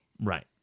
right